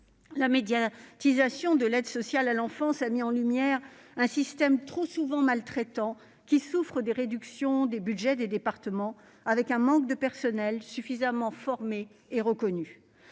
La médiatisation de l'aide sociale à l'enfance a mis en lumière un système trop souvent maltraitant, souffrant des réductions budgétaires des départements et d'un manque de personnel suffisamment formé et reconnu.